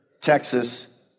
Texas